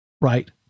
right